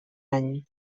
any